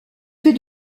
fait